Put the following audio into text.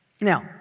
Now